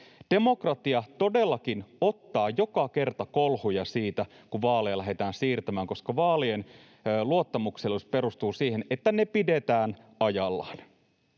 Demokratia todellakin ottaa joka kerta kolhuja siitä, kun vaaleja lähdetään siirtämään, koska vaalien luottamuksellisuus perustuu siihen, että ne pidetään ajallaan.